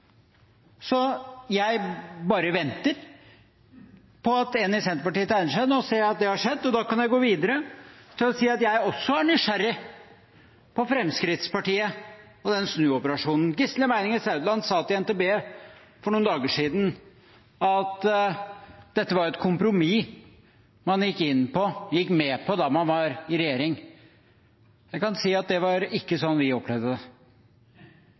Jeg bare venter på at én fra Senterpartiet tegner seg – nå ser jeg at det har skjedd, og da kan jeg gå videre til å si at jeg også er nysgjerrig på Fremskrittspartiet og den snuoperasjonen. Gisle Meininger Saudland sa til NTB for noen dager siden at dette var et kompromiss man gikk med på da man var i regjering. Jeg kan si at det var ikke sånn vi opplevde det.